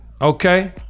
okay